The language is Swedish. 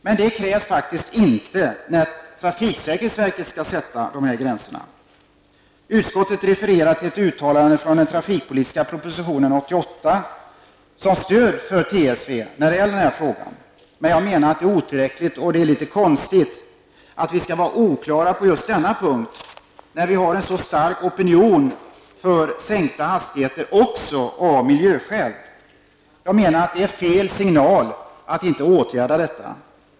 Men det krävs faktiskt inte av trafiksäkerhetsverket när man sätter hastighetsgränser. Utskottet refererar till ett uttalande i den trafikpolitiska propositionen 1988 som stöd för trafiksäkerhetsverket i denna fråga. Jag tycker att det är otillräckligt, och det är litet konstigt att vi skall vara oklara just på denna punkt när vi har en så stark oponion för sänkta hastigheter också av miljöskäl. Det är fel signal att inte vidta åtgärder.